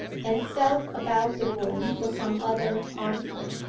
and felt about the room for some other article.